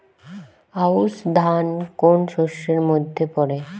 আউশ ধান কোন শস্যের মধ্যে পড়ে?